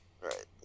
Right